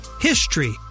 HISTORY